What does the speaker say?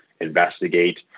investigate